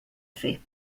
fer